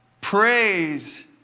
praise